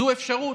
זו אפשרות.